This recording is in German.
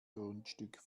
grundstück